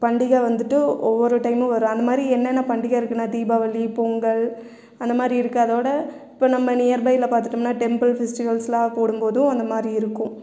பண்டிகை வந்துட்டு ஒவ்வொரு டைமும் வரும் அந்தமாதிரி என்னென்ன பண்டிகை இருக்குன்னா தீபாவளி பொங்கல் அந்தமாதிரி இருக்கு அதோடு இப்போ நம்ம நியர்பையில் பார்த்துட்டோம்னா டெம்பிள் பெஸ்டிவல்ஸ்லாம் கூடும்போதும் அந்தமாதிரி இருக்கும்